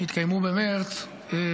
שהתקיימו במרץ,